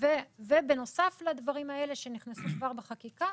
בנוסף לדברים האלה שנכנסו כבר בחקיקה,